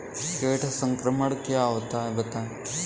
कीट संक्रमण क्या होता है बताएँ?